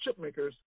chipmakers